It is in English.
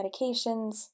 medications